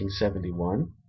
1971